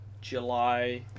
July